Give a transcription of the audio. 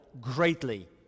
greatly